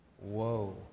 whoa